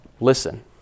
listen